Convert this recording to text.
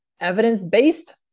evidence-based